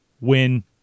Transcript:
win